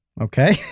Okay